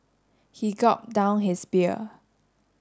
he gulped down his beer